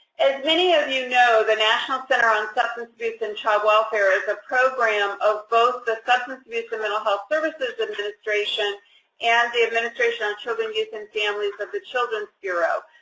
as many of you know, the national center on substance abuse and child welfare is a program of both the substance abuse and mental health services administration and the administration on children, youth, and families of the children's bureau.